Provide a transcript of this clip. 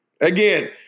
Again